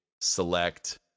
Select